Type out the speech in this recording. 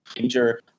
major